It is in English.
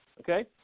okay